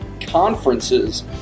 conferences